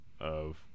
of-